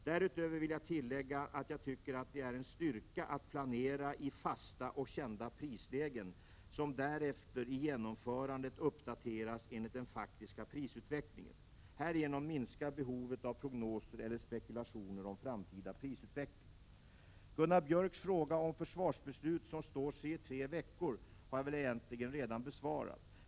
Därutöver vill jag tillägga att jag tycker att det är en styrka att planera i fasta och kända prislägen, som därefter i genomförandet uppdateras enligt den faktiska prisutvecklingen. Härigenom minskar behovet av prognoser eller spekulationer om framtida prisutveckling. Gunnar Björks fråga om försvarsbeslut som står sig i tre veckor har jag väl egentligen redan besvarat.